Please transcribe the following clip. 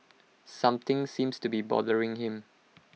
something seems to be bothering him